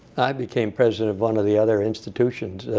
i became president of one of the other institutions,